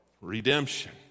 redemption